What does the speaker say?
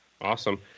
Awesome